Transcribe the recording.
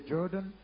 Jordan